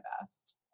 best